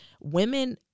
women